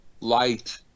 light